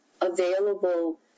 available